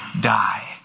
die